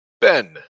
Ben